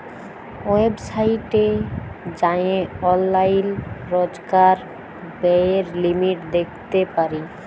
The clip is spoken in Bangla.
ওয়েবসাইটে যাঁয়ে অললাইল রজকার ব্যয়ের লিমিট দ্যাখতে পারি